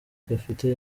gafite